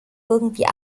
irgendwie